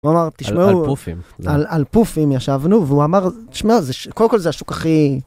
הוא אמר, תשמעו, על פופים ישבנו, והוא אמר, תשמע, קודם כל זה השוק הכי...